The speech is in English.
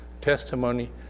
testimony